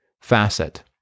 facet